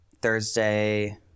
Thursday